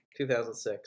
2006